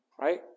right